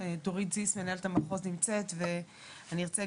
זה יגרום לכך שיקומו המתקנים של המחזור ולא תהיה